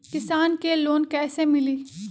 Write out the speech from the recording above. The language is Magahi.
किसान के लोन कैसे मिली?